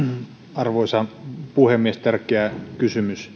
arvoisa puhemies tärkeä kysymys